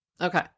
Okay